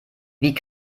wie